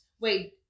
wait